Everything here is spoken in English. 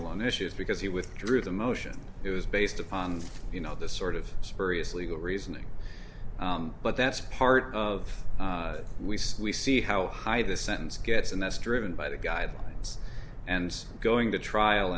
alone issues because he withdrew the motion it was based upon you know the sort of spurious legal reasoning but that's part of it we say we see how high the sentence gets and that's driven by the guidelines and going to trial